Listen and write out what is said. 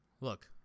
look